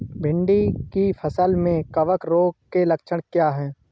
भिंडी की फसल में कवक रोग के लक्षण क्या है?